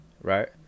right